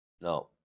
No